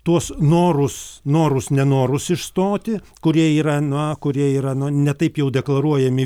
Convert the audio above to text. tuos norus norus nenorus išstoti kurie yra na kurie yra nu ne taip jau deklaruojami